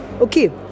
Okay